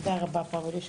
תודה רבה פבל.